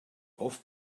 off